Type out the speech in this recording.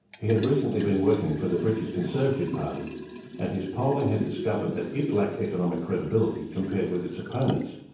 he had recently been working for the british conservative party and his polling had discovered that it lacked economic credibility compared with its opponents,